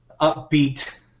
upbeat